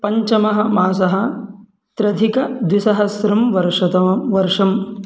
पञ्चमः मासः त्र्यधिकद्विसहस्रं वर्षतमं वर्षम्